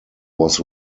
was